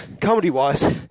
comedy-wise